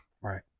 Right